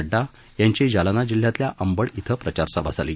नड्डा यांची जालना जिल्ह्यातल्या अंबंड इथं प्रचारसभा झाली